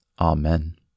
Amen